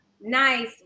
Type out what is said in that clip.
nice